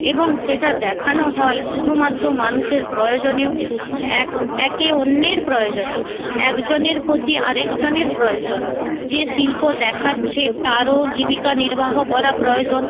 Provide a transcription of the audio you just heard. এবং সেটা দেখানো হয় শুধুমাত্র মানুষের প্রয়োজনেও এক একে অন্যের প্রয়োজনে একজনের প্রতি আরেক জনের প্রয়োজন যে শিল্প দেখাচ্ছে তারও জীবিকা নির্বাহ করা প্রয়োজন